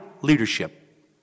leadership